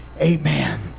Amen